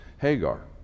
hagar